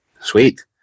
Sweet